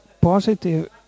positive